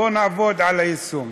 בוא נעבוד על היישום.